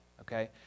okay